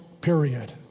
period